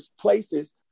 places